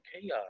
chaos